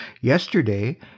Yesterday